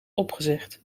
opgezegd